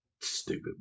Stupid